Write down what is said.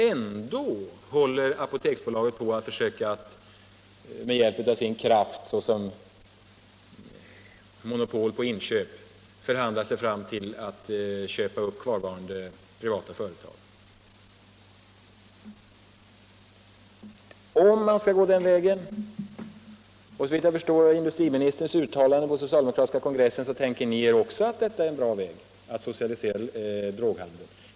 Ändå håller Apoteksbolaget på att försöka — i kraft av sitt monopol på inköp — förhandla sig fram till att köpa upp kvarvarande privatföretag. Såvitt jag förstår av industriministerns uttalande på den socialdemokratiska partikongressen tycker ni också att detta är en bra väg att socialisera droghandeln.